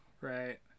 right